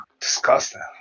disgusting